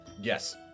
yes